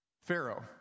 Pharaoh